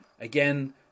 again